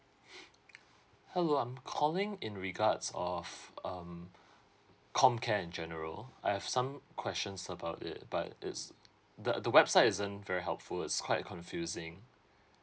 hello I'm calling in regards of um comcare in general I have some questions about it but it's the the website isn't very helpful it's quite confusing